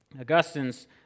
Augustine's